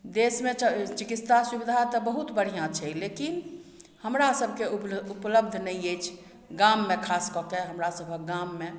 देश मे चिकित्सा सुविधा तऽ बहुत बढ़िऑं छै लेकिन हमरा सबके उपलब्ध नहि अछि गाम मे खास कऽ के हमरा सबके गाम मे